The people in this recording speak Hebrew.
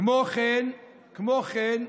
כמו כן,